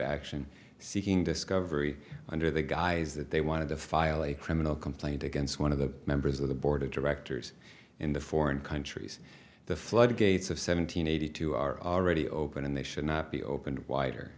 action seeking discovery under the guise that they wanted to file a criminal complaint against one of the members of the board of directors in the foreign countries the floodgates of seven hundred eighty two are already open and they should not be open